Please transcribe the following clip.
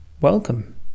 Welcome